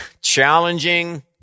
challenging